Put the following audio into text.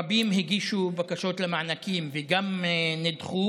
רבים הגישו בקשות למענקים ונדחו.